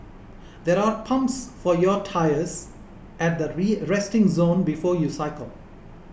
there are pumps for your tyres at the resting zone before you cycle